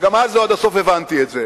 גם אז לא הבנתי את זה